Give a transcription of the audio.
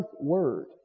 word